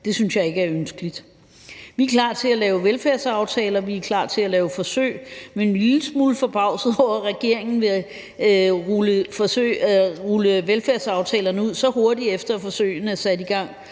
Det synes jeg ikke er ønskeligt. Vi er klar til at lave velfærdsaftaler, vi er klar til at lave forsøg, men vi er en lille smule forbavsede over, at regeringen vil rulle velfærdsaftalerne ud så hurtigt, efter forsøgene er sat i gang,